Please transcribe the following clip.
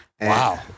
Wow